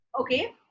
Okay